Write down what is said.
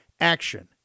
Action